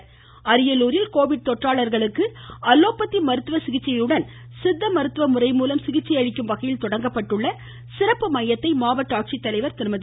Covid Ariyalur அரியலூரில் Covid தொற்றாளர்களுக்கு allopathy மருத்துவ சிகிச்சையுடன் சித்த மருத்துவ முறை மூலம் சிகிச்சை அளிக்கும் வகையில் தொடங்கப்பட்டுள்ள சிறப்பு மையத்தை மாவட்ட ஆட்சித்தலைவர் திருமதி